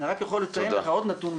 זה הקושי, עוזי.